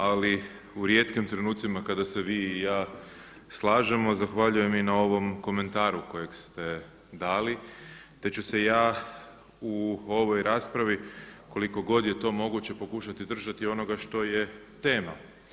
Ali u rijetkim trenucima kada se vi i ja slažemo zahvaljujem i na ovom komentaru kojeg ste dali te ću se ja u ovoj raspravi koliko god je to moguće pokušati držati onoga što je tema.